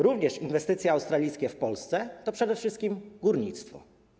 Również inwestycje australijskie w Polsce to przede wszystkim górnictwo.